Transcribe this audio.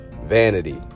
vanity